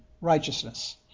righteousness